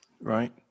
Right